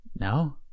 No